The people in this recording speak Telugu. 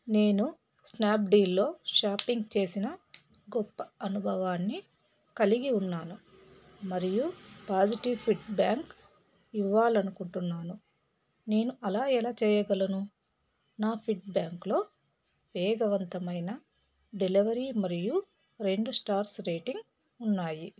నేను స్నాప్డీల్లో షాపింగ్ చేసిన గొప్ప అనుభవాన్ని కలిగి ఉన్నాను మరియు పాజిటివ్ ఫీడ్బ్యాక్ ఇవ్వాలనుకుంటున్నాను నేను అలా ఎలా చేయగలను నా ఫీడ్బ్యాక్లో వేగవంతమైన డెలివరీ మరియు రెండు స్టార్స్ రేటింగ్ ఉన్నాయి